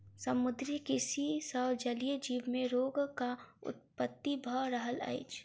समुद्रीय कृषि सॅ जलीय जीव मे रोगक उत्पत्ति भ रहल अछि